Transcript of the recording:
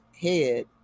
head